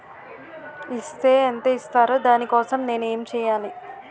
Is తే ఎంత ఇస్తారు దాని కోసం నేను ఎంచ్యేయాలి?